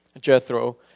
Jethro